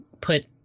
put